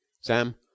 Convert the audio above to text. Sam